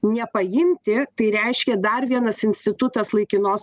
nepaimti tai reiškia dar vienas institutas laikinos